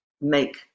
make